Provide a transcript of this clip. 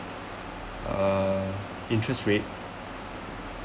uh interest rate